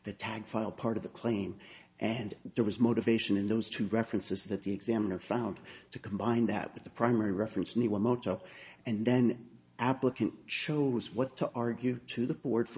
the tag file part of the claim and there was motivation in those two references that the examiner found to combine that with the primary reference niwa moto and then applicant shows what to argue to the board for